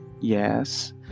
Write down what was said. yes